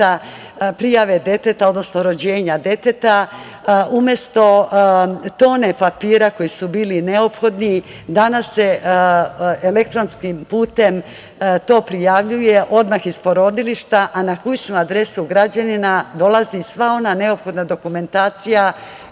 prijave deteta, odnosno rođenja deteta, umesto tone papira koji su bili neophodni danas se elektronskim putem to prijavljuje odmah iz porodilišta, a na kućnu adresu građanima dolazi sva ona neophodna dokumentacija